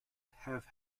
have